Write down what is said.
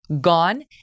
gone